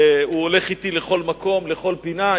הוא הולך אתי לכל מקום ולכל פינה.